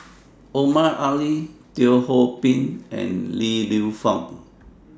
Omar Ali Teo Ho Pin and Li Lienfung